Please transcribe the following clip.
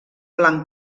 blanc